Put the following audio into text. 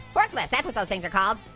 forklifts, that's what those things are called.